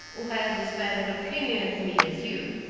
who had as bad an opinion of me as you.